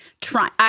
trying